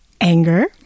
anger